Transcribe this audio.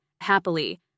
happily